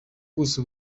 buso